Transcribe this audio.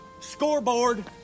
Scoreboard